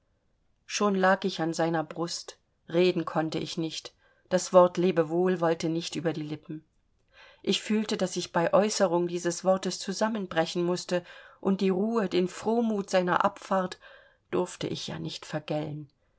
schon lag ich an seiner brust reden konnte ich nicht das wort lebewohl wollte mir nicht über die lippen ich fühlte daß ich bei äußerung dieses wortes zusammenbrechen mußte und die ruhe den frohmut seiner abfahrt durfte ich ja nicht vergällen